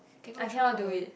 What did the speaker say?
can control